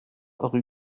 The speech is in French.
rue